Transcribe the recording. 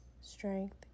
strength